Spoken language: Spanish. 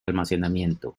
almacenamiento